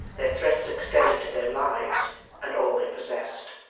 their threats extended to their lives and all they possessed.